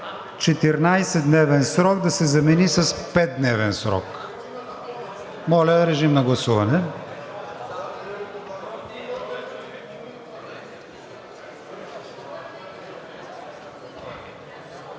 „14-дневен срок“ да се замени с „петдневен срок“. Моля, режим на гласуване.